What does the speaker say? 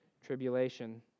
tribulation